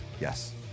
Yes